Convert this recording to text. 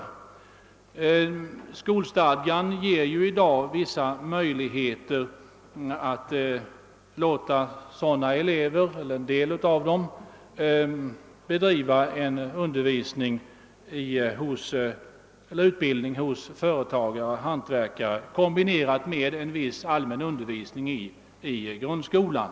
Skolstadgan ger i dag vissa möjligheter att låta en del av dessa elever undergå utbildning hos företagare och hantverkare kombinerad med viss allmän undervisning i grundskolan.